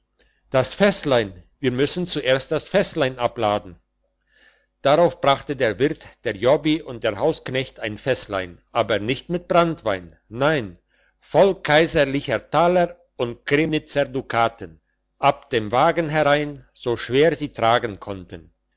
das fässlein wir müssen zuerst das fässlein abladen drauf brachte der wirt der jobbi und der hausknecht ein fässlein aber nicht mit branntwein nein voll kaiserlicher taler und kremnitzer dukaten ab dem wagen herein so schwer sie tragen konnten